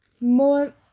more